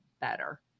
better